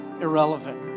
irrelevant